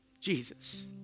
Jesus